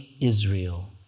Israel